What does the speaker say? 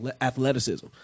athleticism